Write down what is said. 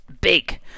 big